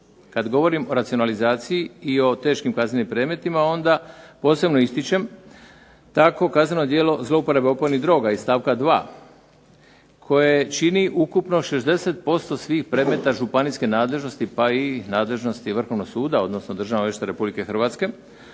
Kad govorim o racionalizaciji i o teškim kaznenim predmetima, onda posebno ističem takvo kazneno djelo zlouporabe opojnih droga iz stavka 2., koje čini ukupno 60% svih predmeta županijske nadležnosti, pa i nadležnosti Vrhovnog suda, odnosno Državnog odvjetništva Republike Hrvatske,